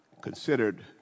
considered